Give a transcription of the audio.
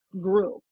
group